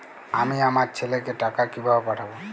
আমি আমার ছেলেকে টাকা কিভাবে পাঠাব?